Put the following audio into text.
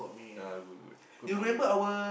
ya good good good for you